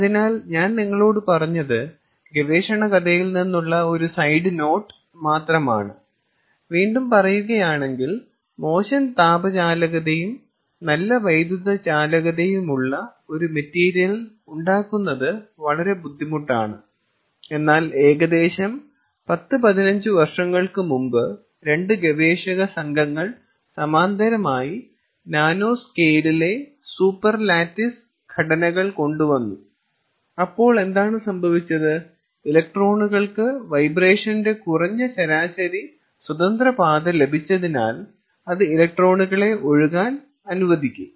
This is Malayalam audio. അതിനാൽ ഞാൻ നിങ്ങളോട് പറഞ്ഞത് ഗവേഷണ കഥയിൽ നിന്നുള്ള ഒരു സൈഡ് നോട്ട് മാത്രമാണ് വീണ്ടും പറയുകയാണെങ്കിൽ മോശം താപ ചാലകതയും നല്ല വൈദ്യുത ചാലകതയുമുള്ള ഒരു മെറ്റീരിയൽ ഉണ്ടാക്കുന്നത് വളരെ ബുദ്ധിമുട്ടാണ് എന്നാൽ ഏകദേശം 10 15 വർഷങ്ങൾക്ക് മുമ്പ് രണ്ട് ഗവേഷക സംഘങ്ങൾ സമാന്തരമായി നാനോ സ്കെയിലിലെ സൂപ്പർലാറ്റിസ് ഘടനകൾ കൊണ്ടുവന്നു അപ്പോൾ എന്താണ് സംഭവിച്ചത് ഇലക്ട്രോണുകൾക്ക് വൈബ്രേഷന്റെ കുറഞ്ഞ ശരാശരി സ്വതന്ത്ര പാത ലഭിച്ചതിനാൽ അത് ഇലക്ട്രോണുകളെ ഒഴുകാൻ അനുവദിക്കും